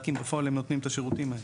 רק אם בפועל הם נותנים את השירותים האלה?